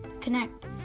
connect